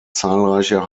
zahlreiche